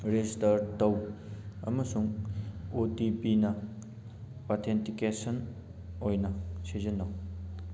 register ꯇꯧ ꯑꯃꯁꯨꯡ O T ꯄꯤꯅ ꯑꯣꯊꯦꯟꯇꯤꯀꯦꯁꯟ ꯑꯣꯏꯅ ꯁꯤꯖꯤꯟꯅꯧ